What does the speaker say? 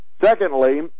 Secondly